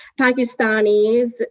Pakistanis